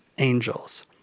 angels